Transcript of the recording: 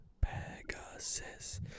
Pegasus